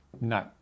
No